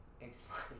explain